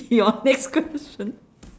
your next question